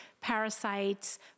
parasites